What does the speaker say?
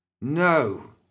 No